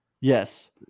Yes